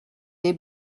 des